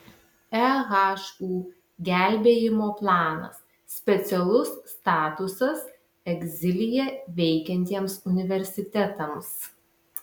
ehu gelbėjimo planas specialus statusas egzilyje veikiantiems universitetams